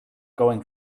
going